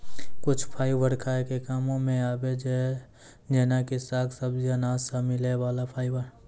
कुछ फाइबर खाय के कामों मॅ आबै छै जेना कि साग, सब्जी, अनाज सॅ मिलै वाला फाइबर